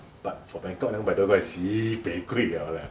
but for bangkok 两百多块 si bei 贵 liao leh